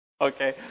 Okay